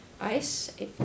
ice